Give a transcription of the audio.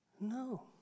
no